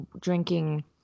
drinking